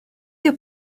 ydy